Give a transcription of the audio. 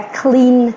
clean